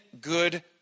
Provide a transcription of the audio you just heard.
good